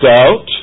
out